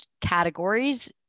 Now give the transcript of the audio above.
categories